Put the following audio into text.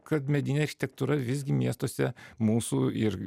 kad medinė architektūra visgi miestuose mūsų ir